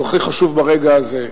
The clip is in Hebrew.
או הכי חשוב ברגע הזה.